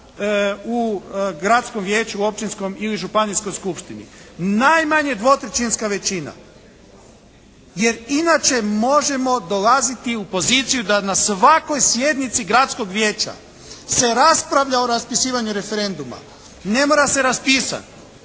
u Gradskom vijeću, Općinskom ili Županijskoj skupštini. Najmanje dvotrećinska većina. Jer inače možemo dolaziti u poziciju da na svakoj sjednici Gradskog vijeća se raspravlja o raspisivanju referenduma. Ne mora se raspisati,